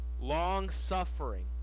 long-suffering